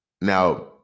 Now